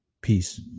Peace